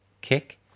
kick